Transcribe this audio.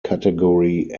category